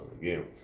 Again